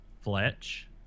Fletch